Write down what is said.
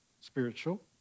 spiritual